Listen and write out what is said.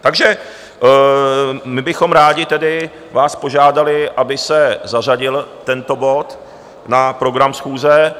Takže my bychom rádi tedy vás požádali, aby se zařadil tento bod na program schůze.